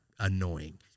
annoying